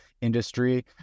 industry